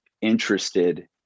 interested